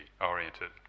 oriented